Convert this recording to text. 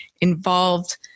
involved